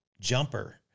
jumper